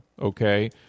okay